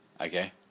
okay